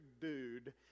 dude